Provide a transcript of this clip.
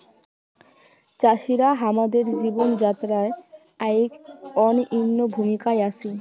চাষিরা হামাদের জীবন যাত্রায় আইক অনইন্য ভূমিকার আছি